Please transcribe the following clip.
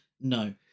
No